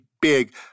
big